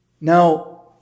now